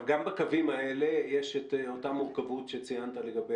גם בקווים האלה יש את אותה מורכבות שציינת לגבי